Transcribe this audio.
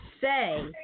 say